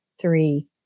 three